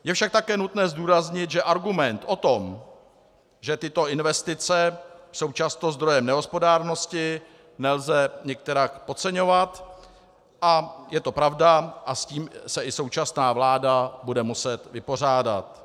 Je však také nutné zdůraznit, že argument o tom, že tyto investice jsou často zdrojem nehospodárnosti, nelze nikterak podceňovat a je to pravda, a s tím se i současná vláda bude muset vypořádat.